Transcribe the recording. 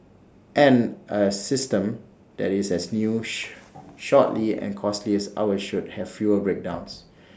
and A system that is as new sh shortly and costly as our should have fewer breakdowns